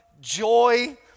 joy